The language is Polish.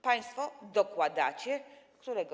Państwo dokładacie którego?